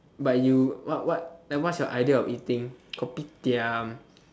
but you what what what is your idea of eating kopitiam